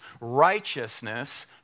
righteousness